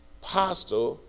Pastor